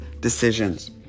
decisions